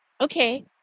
Okay